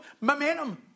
momentum